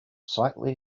slightly